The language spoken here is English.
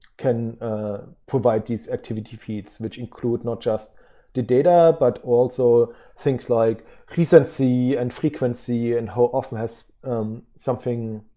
can provide these activity feeds which include not just the data but also things like recency and frequency and how often has something